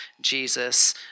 Jesus